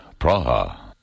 Praha